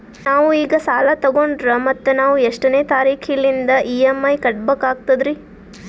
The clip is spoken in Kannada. ನಾವು ಈಗ ಸಾಲ ತೊಗೊಂಡ್ರ ಮತ್ತ ನಾವು ಎಷ್ಟನೆ ತಾರೀಖಿಲಿಂದ ಇ.ಎಂ.ಐ ಕಟ್ಬಕಾಗ್ತದ್ರೀ?